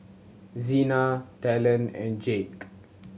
Zina Talon and Jacque